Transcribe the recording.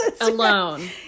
Alone